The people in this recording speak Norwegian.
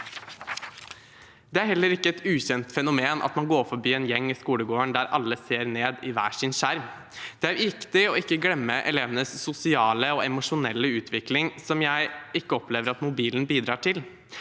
Det er heller ikke et ukjent fenomen at man går forbi en gjeng i skolegården der alle ser ned i hver sin skjerm. Det er viktig å ikke glemme elevenes sosiale og emosjonelle utvikling, som jeg ikke opplever at mobilen bidrar til.